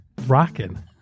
rocking